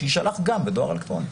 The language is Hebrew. שיישלח גם בדואר אלקטרוני.